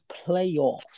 playoffs